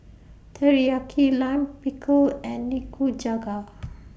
Teriyaki Lime Pickle and Nikujaga